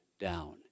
down